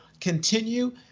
continue